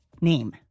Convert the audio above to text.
name